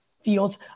fields